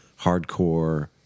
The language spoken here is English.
hardcore